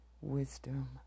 wisdom